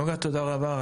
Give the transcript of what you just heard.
נגה תודה רבה,